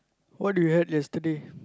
what do you had yesterday